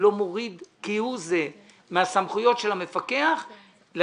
אמרתי בישיבה הקודמת ואני אומר גם עכשיו בנוכחותך שאני